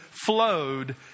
flowed